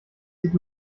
sieht